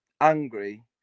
angry